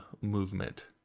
movement